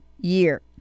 year